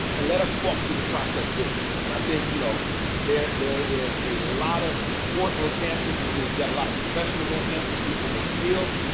and let us walk through the process with you. and i think you know there there is a lot of support on campus, i mean we've got a lot of professionals on campus, people who are skilled.